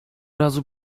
razu